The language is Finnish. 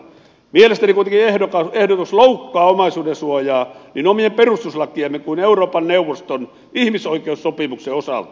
mielestäni kuitenkin ehdotus loukkaa omaisuudensuojaa niin omien perustuslakiemme kuin euroopan neuvoston ihmisoikeussopimuksen osalta